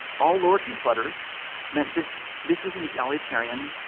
all lowercase letters meant that this was an egalitarian,